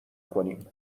کنیم